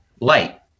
light